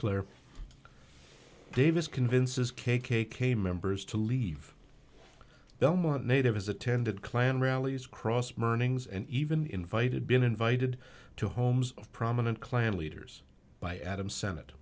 claire davis convinces k k k members to leave belmont native has attended klan rallies cross burnings and even invited been invited to homes of prominent clan leaders by adam senate